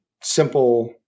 simple